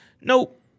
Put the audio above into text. Nope